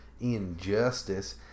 Injustice